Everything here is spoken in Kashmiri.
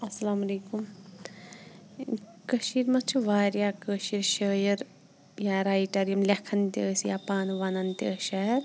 اَسَلامُ علیکُم کٔشیٖرِ منٛز چھِ واریاہ کٲشِرۍ شٲعر یا رایٹَر یِم لیکھان تہِ ٲسۍ یا پانہٕ وَنان تہِ ٲسۍ شعر